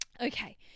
okay